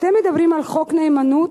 אתם מדברים על חוק נאמנות?